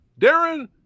Darren